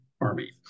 army